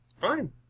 Fine